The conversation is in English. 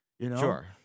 Sure